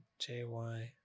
JY